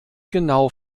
genau